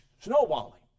snowballing